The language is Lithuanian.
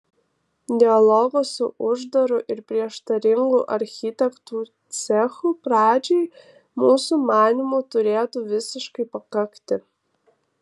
dialogo su uždaru ir prieštaringu architektų cechu pradžiai mūsų manymu turėtų visiškai pakakti